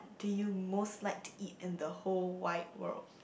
do you most like to eat in the whole wide world